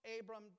Abram